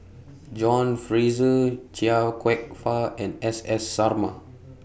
John Fraser Chia Kwek Fah and S S Sarma